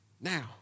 Now